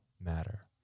matter